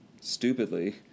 stupidly